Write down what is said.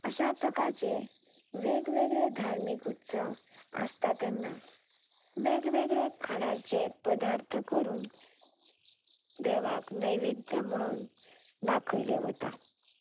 अशा प्रकारचे वेगवेगळे धार्मीक उत्सव आसता तेन्ना वेगवेगळे खाणाचे पदार्थ करून देवाक नैवेद्य म्हणून दाखयले वता